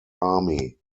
army